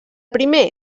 primer